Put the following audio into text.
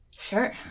Sure